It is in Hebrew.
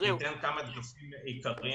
מרחב התמרון